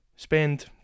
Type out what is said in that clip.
Spend